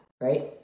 right